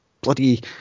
bloody